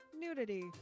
nudity